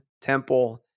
Temple